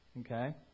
Okay